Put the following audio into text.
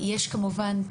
כמובן,